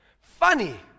Funny